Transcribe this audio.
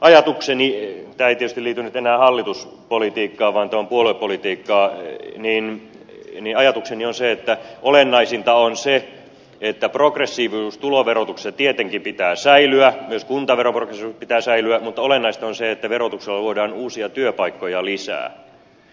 ajatukseni tämä ei tietysti liity nyt enää hallituspolitiikkaan vaan tämä on puoluepolitiikkaa on se että olennaisinta on se että progressiivisuuden tietenkin pitää tuloverotuksessa säilyä myös kuntaveron progressiivisuuden pitää säilyä mutta olennaista on se että verotuksella luodaan uusia työpaikkoja lisää